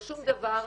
לא שום דבר.